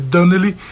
Donnelly